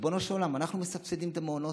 ריבונו של עולם, אנחנו מסבסדים את המעונות.